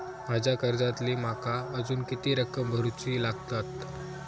माझ्या कर्जातली माका अजून किती रक्कम भरुची लागात?